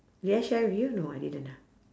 did I share with you no I didn't ah